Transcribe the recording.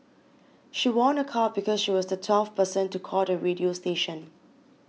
she won a car because she was the twelfth person to call the radio station